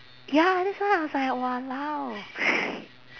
ya that's why I was like !walao!